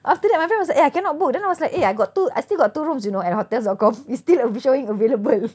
after that my friend was like eh I cannot book then I was like eh I got two I still got two rooms you know at hotels dot com it's still uh showing available